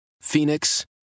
Phoenix